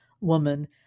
woman